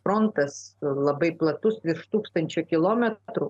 frontas labai platus virš tūkstančio kilometrų